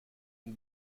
une